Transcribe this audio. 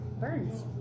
burns